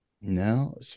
No